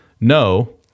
no